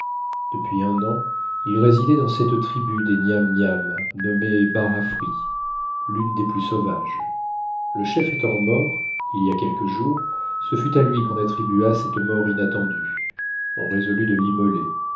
depuis un an il résidait dans cette tribu des nyam nyam nommée barafri l'une des plus sauvages le chef étant mort il y a quelques jours ce fut à lui qu'on attribua cette mort inattendue on résolut de l'immoler